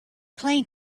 plane